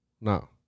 No